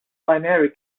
binary